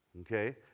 Okay